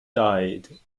died